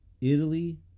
Italy